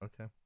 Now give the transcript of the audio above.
okay